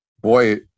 Boy